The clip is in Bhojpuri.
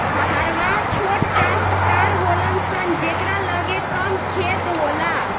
हरवाह छोट कास्तकार होलन सन जेकरा लगे कम खेत होला